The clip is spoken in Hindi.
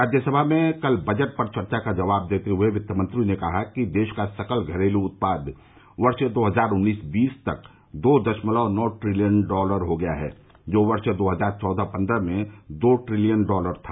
राज्यसभा में कल बजट पर चर्चा का जवाब देते हुए वित्तमंत्री ने कहा कि देश का सकल घरेलू उत्पाद वर्ष दो हजार उन्नीस बीस तक दो दशमलव नौ ट्रिलियन डॉलर हो गया है जो वर्ष दो हजार चौदह पन्द्रह में दो ट्रिलियन डॉलर था